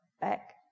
back